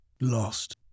lost